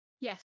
yes